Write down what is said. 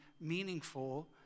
meaningful